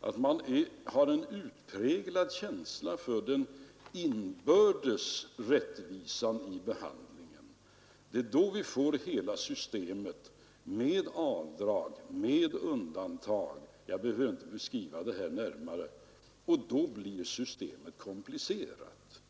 att man har en utpräglad känsla för den inbördes rättvisan i behandlingen. Och har man den ambitionen får vi hela systemet med avdrag och med undantag — jag behöver inte beskriva det närmare — och då blir systemet komplicerat.